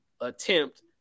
attempt